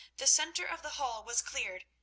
the centre of the hall was cleared,